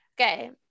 Okay